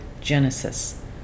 genesis